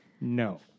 No